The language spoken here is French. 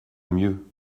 mieux